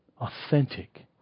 authentic